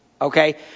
Okay